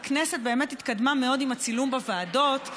הכנסת באמת התקדמה מאוד עם הצילום בוועדות,